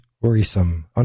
Worrisome